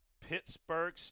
Pittsburgh